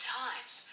times